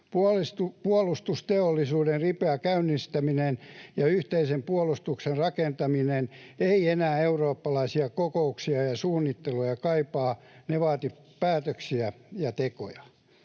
Puolustusteollisuuden ripeä käynnistäminen ja yhteisen puolustuksen rakentaminen eivät enää eurooppalaisia kokouksia ja suunnittelua kaipaa. Ne vaativat päätöksiä ja tekoja.